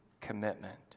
commitment